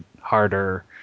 harder